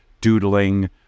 doodling